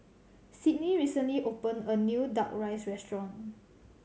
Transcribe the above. Sydnie recently opened a new Duck Rice restaurant